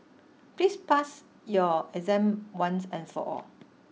please pass your exam once and for all